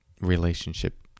relationship